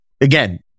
again